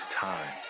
time